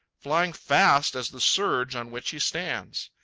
flying fast as the surge on which he stands.